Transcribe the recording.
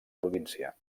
província